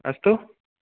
अस्तु